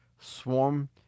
Swarm